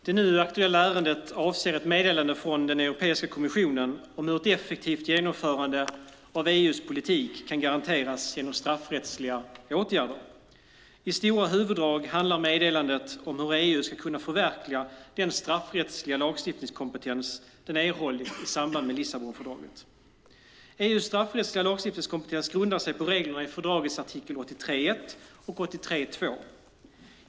Herr talman! Det nu aktuella ärendet avser ett meddelande från Europeiska kommissionen om hur ett effektivt genomförande av EU:s politik kan garanteras genom straffrättsliga åtgärder. I stora huvuddrag handlar meddelandet om hur EU ska kunna förverkliga den straffrättsliga lagstiftningskompetens den erhållit i samband med Lissabonfördraget. EU:s straffrättsliga lagstiftningskompetens grundar sig på reglerna i fördragets artiklar 83.1 och 83.2.